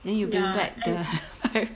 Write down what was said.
yeah and